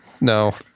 No